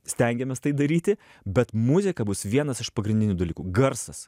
stengėmės tai daryti bet muzika bus vienas iš pagrindinių dalykų garsas